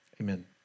Amen